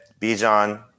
Bijan